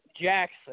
Jackson